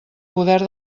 poder